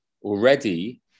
Already